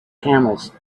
camels